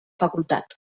facultat